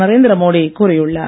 நரேந்திர மோடி கூறியுள்ளார்